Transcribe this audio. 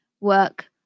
work